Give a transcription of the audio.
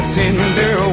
tender